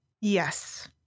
Yes